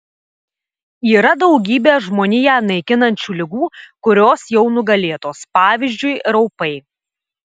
yra daugybė žmoniją naikinančių ligų kurios jau nugalėtos pavyzdžiui raupai